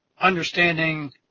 understanding